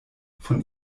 von